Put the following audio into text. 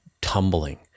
tumbling